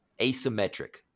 asymmetric